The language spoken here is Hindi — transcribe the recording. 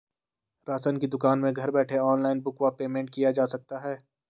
राशन की दुकान में घर बैठे ऑनलाइन बुक व पेमेंट किया जा सकता है?